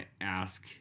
ask